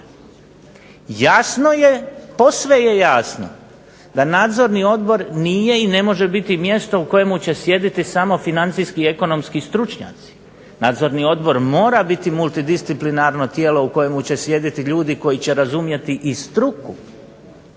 Jasno je, posve je jasno da Nadzorni odbor nije i ne može biti mjesto u kojemu će sjediti samo financijski i ekonomski stručnjaci. Nadzorni odbor mora biti multidisciplinarno tijelo u kojemu će sjediti ljudi koji će razumjeti i struku,